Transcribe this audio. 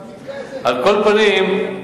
על כל פנים,